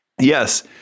Yes